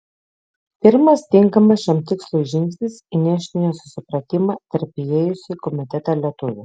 pirmas tinkamas šiam tikslui žingsnis įnešti nesusipratimą tarp įėjusių į komitetą lietuvių